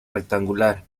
rectangular